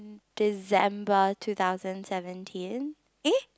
December two thousand seventeen eh